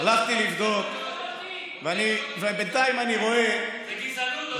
הלכתי לבדוק, ובינתיים אני רואה, זה גזענות, עודד.